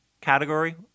category